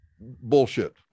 bullshit